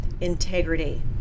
integrity